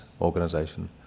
organization